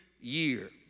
year